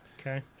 Okay